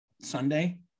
Sunday